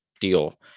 deal